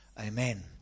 amen